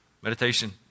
meditation